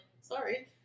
Sorry